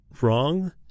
wrong